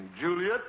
Juliet